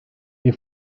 they